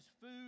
food